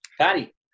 Patty